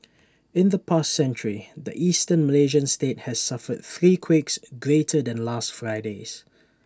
in the past century the Eastern Malaysian state has suffered three quakes greater than last Friday's